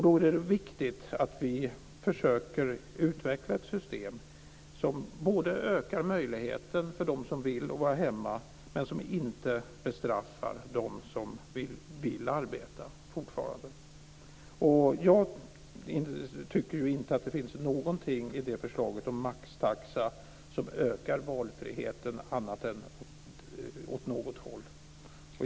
Då är det viktigt att vi försöker utveckla ett system som både ökar möjligheten för dem som vill att vara hemma och inte bestraffar dem som fortfarande vill arbeta. Jag tycker inte att det finns någonting i förslaget om maxtaxa som ökar valfriheten annat än åt något håll.